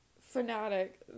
fanatic